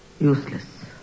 Useless